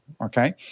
okay